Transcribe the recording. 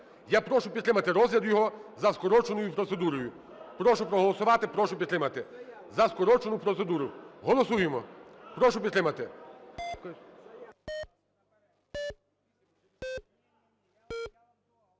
Я прошу підтримати розгляд його за скороченою процедурою. Прошу проголосувати. Прошу підтримати за скорочену процедуру. Голосуємо. Прошу підтримати.